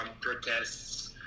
protests